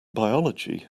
biology